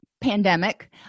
pandemic